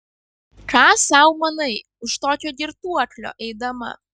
ką sau manai už tokio girtuoklio eidama